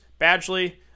Badgley